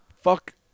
Fuck